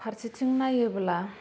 फारसेथिं नायोब्ला